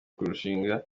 kurushingana